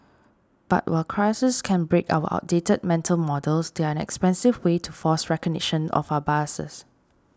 but while crises can break our outdated mental models they are an expensive way to force recognition of our biases